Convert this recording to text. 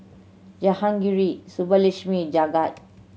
Jahangir Subbulakshmi Jagat